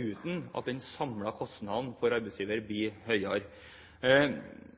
uten at den samlede kostnaden for arbeidsgiver bli høyere.